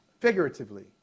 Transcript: figuratively